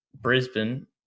Brisbane